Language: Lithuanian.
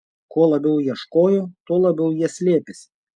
kuo labiau ieškojo tuo labiau jie slėpėsi